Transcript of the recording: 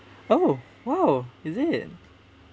oh !wow! is it